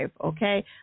Okay